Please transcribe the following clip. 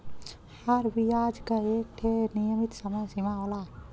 हर बियाज क एक ठे नियमित समय सीमा होला